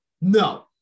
no